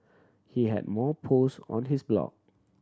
he had more post on his blog